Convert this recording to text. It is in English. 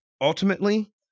ultimately